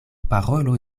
parolo